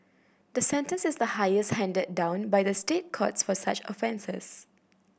the sentence is the highest handed down by the State Courts for such offences